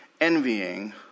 envying